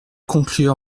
conclure